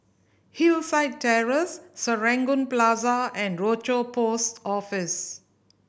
Hillside Terrace Serangoon Plaza and Rochor Post Office